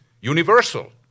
universal